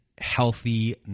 healthy